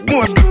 More